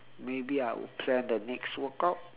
maybe I will plan the next workout